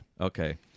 Okay